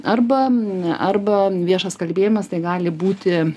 arba arba viešas kalbėjimas tai gali būti